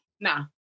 Nah